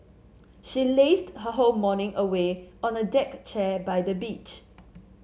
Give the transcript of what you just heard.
she lazed her whole morning away on a deck chair by the beach